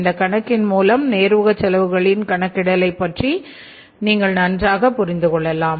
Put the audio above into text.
இந்த கணக்கின் மூலம் நேர்முக செலவுககளின் கணக்கிடலைப் பற்றி நீங்கள் நன்றாக புரிந்து கொள்ளலாம்